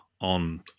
on